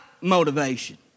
motivation